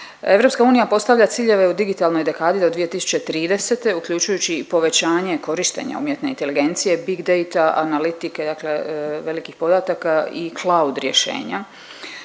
usluga. EU postavlja ciljeve u digitalnoj dekadi do 2030. uključujući i povećanje korištenja umjetne inteligencije, big data, analitike dakle veliki povratak i cloud rješenja.